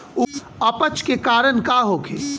अपच के कारण का होखे?